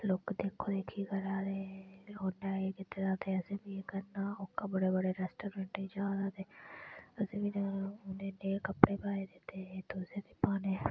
लोक देखो देखी करै दे उन्ने एह् कीते दा ते असें इ'यै करना ओह्का बड़े बड़े रेस्टोरेंटें च जा दा ते असें बी जाना उ'नें नेह् कपडे़ पाए दे ते तुसें बी पाने